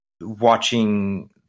watching –